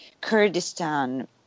Kurdistan